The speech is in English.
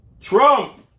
Trump